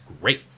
great